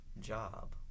job